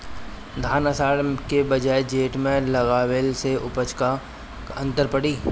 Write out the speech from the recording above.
धान आषाढ़ के बजाय जेठ में लगावले से उपज में का अन्तर पड़ी?